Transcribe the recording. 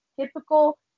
typical